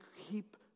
keep